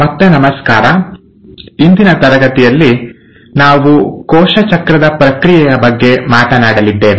ಮತ್ತೆ ನಮಸ್ಕಾರ ಇಂದಿನ ತರಗತಿಯಲ್ಲಿ ನಾವು ಕೋಶ ಚಕ್ರದ ಪ್ರಕ್ರಿಯೆಯ ಬಗ್ಗೆ ಮಾತನಾಡಲಿದ್ದೇವೆ